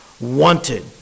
wanted